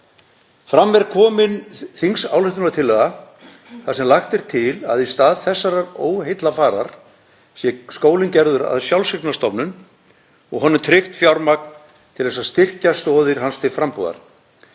Fram er komin þingsályktunartillaga þar sem lagt er til að í stað þessarar óheillafarar sé skólinn gerður að sjálfseignarstofnun og honum tryggt fjármagn til að styrkja stoðir hans til frambúðar.